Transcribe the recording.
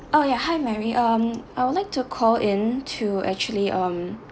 oh yeah hi mary um I would like to call in to actually um